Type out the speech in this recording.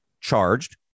charged